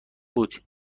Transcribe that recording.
بود